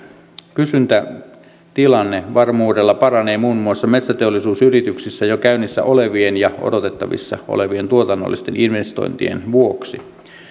kysyntätilanne varmuudella paranee muun muassa metsäteollisuusyrityksissä jo käynnissä olevien ja odotettavissa olevien tuotannollisten investointien vuoksi